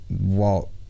Walt